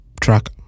track